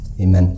Amen